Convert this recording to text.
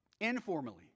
informally